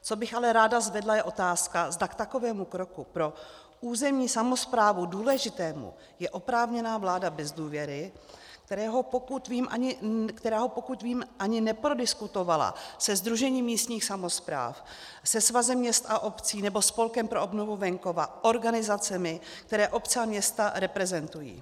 Co bych ale ráda zvedla, je otázka, zda k takovému kroku pro územní samosprávu důležitému je oprávněná vláda bez důvěry, která ho, pokud vím, ani neprodiskutovala se Sdružením místních samospráv, se Svazem měst a obcí nebo Spolkem pro obnovu venkova, organizacemi, které obce a města reprezentují.